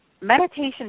meditation